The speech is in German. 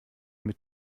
mit